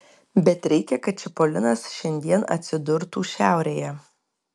bet reikia kad čipolinas šiandien atsidurtų šiaurėje